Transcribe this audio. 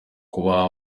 kubaha